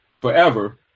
forever